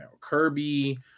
kirby